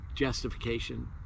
justification